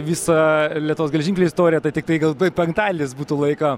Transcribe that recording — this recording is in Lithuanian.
visą lietuvos geležinkelių istoriją tai tiktai galbūt penktadalis būtų laiko